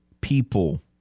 people